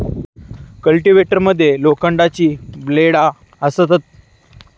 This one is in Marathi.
कल्टिवेटर मध्ये लोखंडाची ब्लेडा असतत